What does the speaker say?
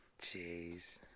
Jeez